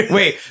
Wait